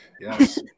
Yes